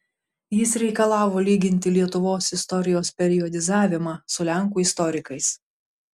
jis reikalavo lyginti lietuvos istorijos periodizavimą su lenkų istorikais